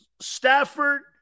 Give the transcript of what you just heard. Stafford